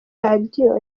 radio